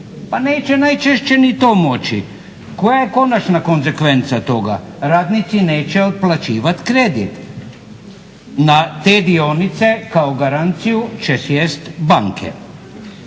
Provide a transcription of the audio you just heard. pa neće najčešće ni to moći. Koja je konačna konzekvenca toga? Radnici neće otplaćivati kredit. Na te dionice kao garanciju će sjesti banke.